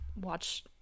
watch